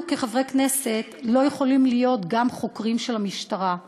אנחנו כחברי כנסת לא יכולים להיות גם חוקרים של המשטרה.